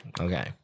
Okay